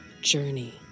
journey